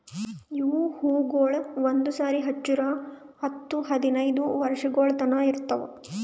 ಇವು ಹೂವುಗೊಳ್ ಒಂದು ಸಾರಿ ಹಚ್ಚುರ್ ಹತ್ತು ಹದಿನೈದು ವರ್ಷಗೊಳ್ ತನಾ ಇರ್ತಾವ್